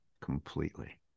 completely